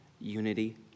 unity